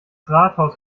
rathaus